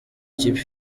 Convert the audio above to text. ikipe